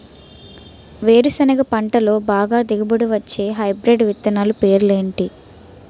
వేరుసెనగ పంటలో బాగా దిగుబడి వచ్చే హైబ్రిడ్ విత్తనాలు పేర్లు ఏంటి?